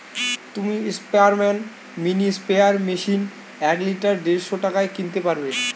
তুমি Sprayman mini sprayer machine এক litre দেড়শ টাকায় কিনতে পারবে